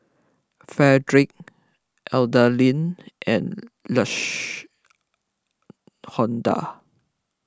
Fredrick Adalyn and Lash onda